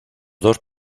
dos